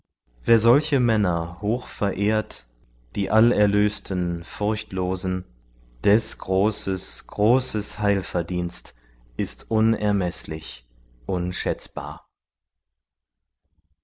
wer solche männer hochverehrt die allerlösten furchtlosen des großes großes heilverdienst ist unermeßlich unschätzbar